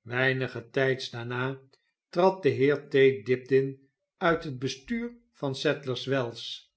weinig tijds daarna trad de heer t dibdin uit het bestuur van sadlers